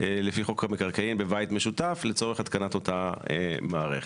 לפי חוק המקרקעין בבית משותף להתקנת אותה מערכת.